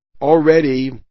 already